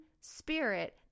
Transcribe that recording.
spirit